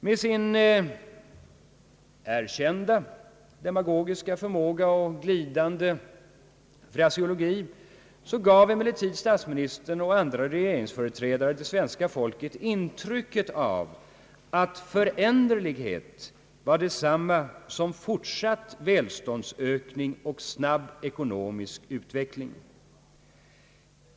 Med sin erkända demagogiska förmåga och glidande fraseologi gav emellertid statsministern och andra regeringsföreträdare det svenska folket intrycket av att föränderlighet var detsamma som fortsatt välståndsökning och snabb ekonomisk utveckling.